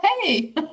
hey